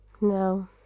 No